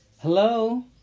hello